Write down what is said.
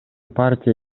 партия